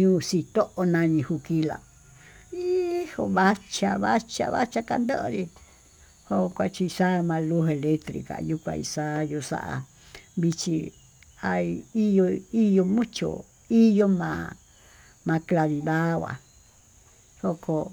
yuu xii tó nani juquila hijo vachá vachá kanndoyii yuu kuachixama yo'ó kunjeleti kuayuu kaix, xa'a yuu xa'á vichí jaí iyó iyó luu muchó iyo'ó ma'a makainangua yokó.